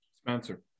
Spencer